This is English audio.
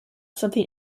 something